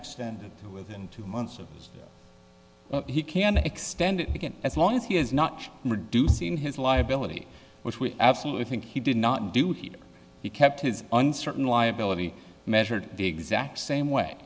extended within two months of he can extend it again as long as he is not reducing his liability which we absolutely think he did not do he he kept his uncertain liability measured the exact same way